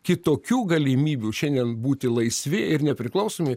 kitokių galimybių šiandien būti laisvi ir nepriklausomi